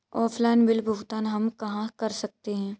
Offline bill भुगतान हम कहां कर सकते हैं?